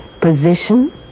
Position